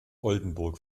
oldenburg